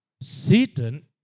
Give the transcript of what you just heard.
Satan